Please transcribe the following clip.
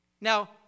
now